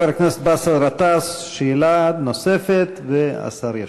חבר הכנסת באסל גטאס, שאלה נוספת, והשר ישיב.